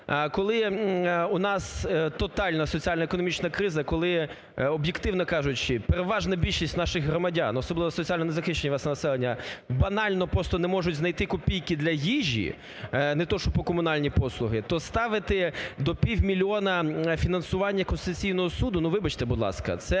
Коли у нас тотальна соціально-економічна криза, коли, об'єктивно кажучи, переважна більшість наших громадян, особливо соціально не захищених верств населення, банально просто не можуть знайти копійки для їжі, не те, що комунальні послуги, то ставити до півмільйона фінансування Конституційного Суду, вибачте, будь ласка, це